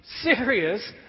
serious